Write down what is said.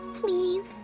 Please